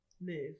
move